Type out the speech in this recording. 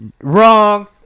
Wrong